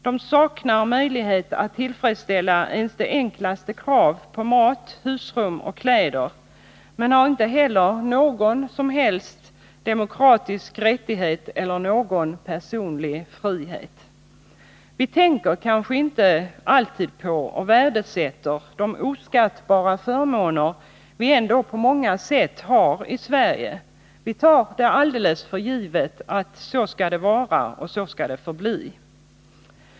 De saknar möjlighet att tillfredsställa ens de enklaste krav på mat, husrum och kläder men har inte heller några som helst demokratiska rättigheter eller någon personlig frihet. Vi tänker nog inte alltid på och värdesätter de oskattbara förmåner vi ändå på många sätt har i Sverige. Vi tar det alldeles för givet att så skall det vara och så skall det förbli.